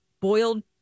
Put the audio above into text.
boiled